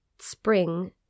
spring